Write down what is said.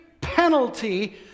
penalty